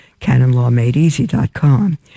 canonlawmadeeasy.com